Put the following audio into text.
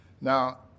Now